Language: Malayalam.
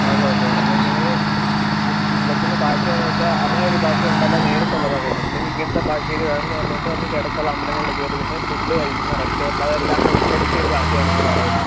ഓക്കേ ഓക്കേ അപ്പോൾ നമ്മൾ വെയ്ക്കുന്ന പാക്ക് ഏതാന്ന് വെച്ചാൽ അങ്ങനെ ഒരു പാക്ക് കൊണ്ട് അല്ല നേരിട്ട് ഉള്ളവ വേണം അല്ലെങ്കിൽ ഇങ്ങനത്തെ പാക്കേജ് വേണമെന്ന് പറഞ്ഞോണ്ട് നമുക്ക് ഇടയ്ക്ക് ഉള്ള അമ്പലങ്ങളിൽ ഒക്കെ ആയിട്ട് പിന്നെ ഫുഡ്ഡ് കഴിക്കുന്ന റെസ്റ്റോറൻറ്റ് അത് എല്ലാം കൂടെ ഉൾപ്പെടുത്തി ഒരു പാക്കേജാ നമ്മൾ പറയുന്നത്